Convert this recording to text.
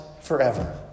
forever